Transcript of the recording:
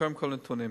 קודם כול, נתונים: